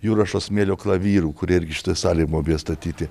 jurašo smėlio klavyrų kurie irgi šitoj salėj buvo beje statyti